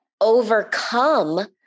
overcome